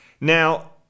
now